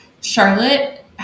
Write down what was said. Charlotte